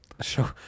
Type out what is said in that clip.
Show